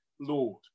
Lord